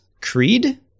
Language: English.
Creed